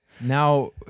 now